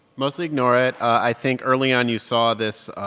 mostly ignore it. i think early on, you saw this